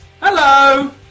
Hello